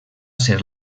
ser